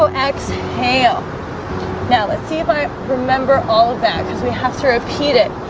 so exhale now, let's see if i remember all of that because we have to repeat it